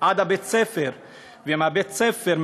עד לבית-הספר ומבית-הספר,